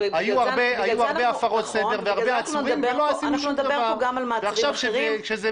אנחנו נדבר כאן גם על מעצרים אחרים.